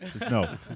no